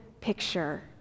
picture